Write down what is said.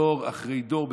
דור אחרי דור,